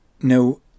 Now